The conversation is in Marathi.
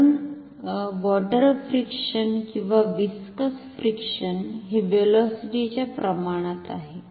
म्हणुन वोटर फ्रिक्षण किंवा व्हीसकस फ्रिक्षण हे व्हेलॉसिटी च्या प्रमाणात आहे